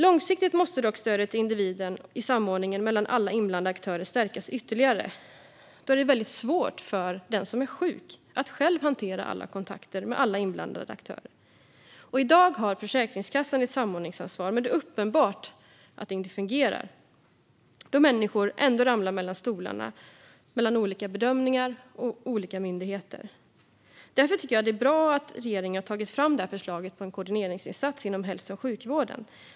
Långsiktigt måste dock stödet till individen i samordningen mellan alla inblandade aktörer stärkas ytterligare, då det är väldigt svårt för den som är sjuk att själv hantera alla kontakter med alla inblandade aktörer. I dag har Försäkringskassan ett samordningsansvar. Men det är uppenbart att det inte fungerar, då människor ändå faller mellan stolarna, mellan olika bedömningar och olika myndigheter. Därför tycker jag att det är bra att regeringen har tagit fram förslaget om en koordineringsinsats inom hälso och sjukvården.